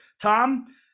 Tom